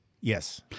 Yes